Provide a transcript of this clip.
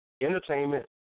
entertainment